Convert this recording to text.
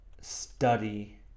study